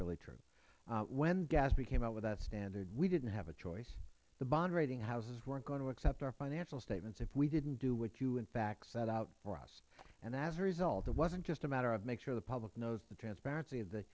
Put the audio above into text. really true when gasb came out with that standard we didnt have a choice the bond rating houses werent going to accept our financial statements if we didnt do what you in fact set out for us as a result it wasnt just a matter of make sure the public knows the transparency